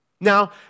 Now